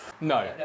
No